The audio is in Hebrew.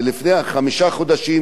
לפני חמישה חודשים,